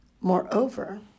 Moreover